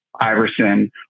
Iverson